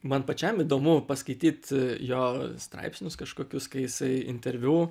man pačiam įdomu paskaityt jo straipsnius kažkokius kai jisai interviu